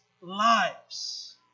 lives